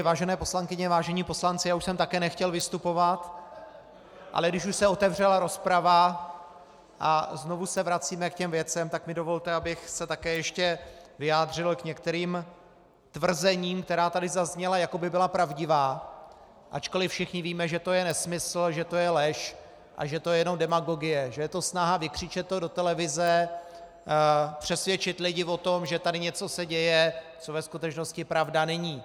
Vážené paní poslankyně, vážení páni poslanci, já už jsem také nechtěl vystupovat, ale když už se otevřela rozprava a znovu se vracíme k těm věcem, tak mi dovolte, abych se také ještě vyjádřil k některým tvrzením, která tady zazněla, jako by byla pravdivá, ačkoli všichni víme, že to je nesmysl, že to je lež a že to je jenom demagogie, že to je jenom snaha vykřičet to do televize, přesvědčit lidi o tom, že se tady něco děje, co ve skutečnosti pravda není.